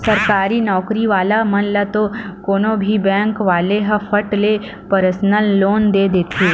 सरकारी नउकरी वाला मन ल तो कोनो भी बेंक वाले ह फट ले परसनल लोन दे देथे